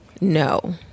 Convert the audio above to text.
No